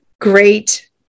great